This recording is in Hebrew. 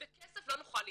בכסף לא נוכל להתמודד.